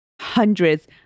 hundreds